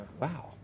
Wow